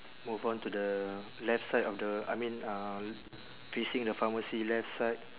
move on to the left side of the I mean uh l~ facing the pharmacy left side